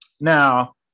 Now